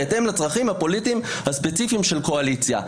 בהתאם לצרכים הפוליטיים הספציפיים של קואליציה.